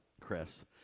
Chris